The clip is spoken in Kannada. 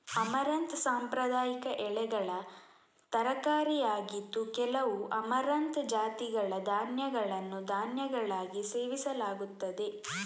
ಅಮರಂಥ್ ಸಾಂಪ್ರದಾಯಿಕ ಎಲೆಗಳ ತರಕಾರಿಯಾಗಿದ್ದು, ಕೆಲವು ಅಮರಂಥ್ ಜಾತಿಗಳ ಧಾನ್ಯಗಳನ್ನು ಧಾನ್ಯಗಳಾಗಿ ಸೇವಿಸಲಾಗುತ್ತದೆ